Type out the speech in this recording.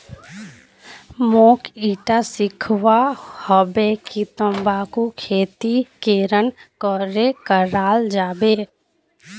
मोक ईटा सीखवा हबे कि तंबाकूर खेती केरन करें कराल जाबे